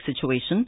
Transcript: situation